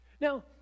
Now